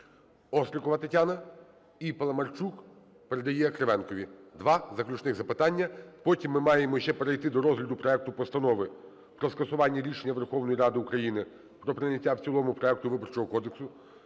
Острікова Тетяна і Паламарчук передає Кривенкові. Два заключних запитання, потім ми маємо ще перейти до розгляду проекту Постанови про скасування рішення Верховної Ради України про прийняття в цілому проекту Виборчого кодексу,